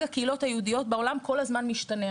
הקהילות היהודיות בעולם כל הזמן משתנה.